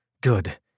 Good